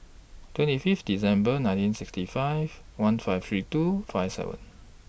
twenty Fifth December nineteen sixty five one five three two five seven